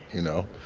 you know,